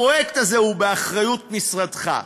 הפרויקט הזה הוא באחריות משרדך,